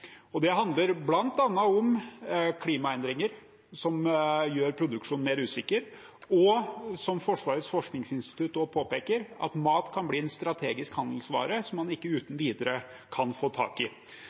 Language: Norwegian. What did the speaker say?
Norge. Det handler bl.a. om klimaendringer, som gjør produksjonen mer usikker, og som Forsvarets forskningsinstitutt også påpeker, mat kan bli en strategisk handelsvare som man ikke uten